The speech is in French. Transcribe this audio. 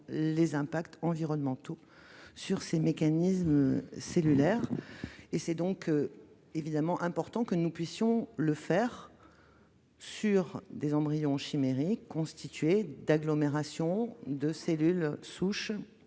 les impacts environnementaux sur ces derniers. Il est important que nous puissions le faire sur des embryons chimériques constitués d'agglomérations de cellules souches